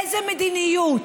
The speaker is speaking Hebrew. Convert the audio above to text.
איזו מדיניות?